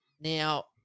Now